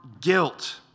guilt